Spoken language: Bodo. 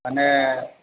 माने